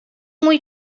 mój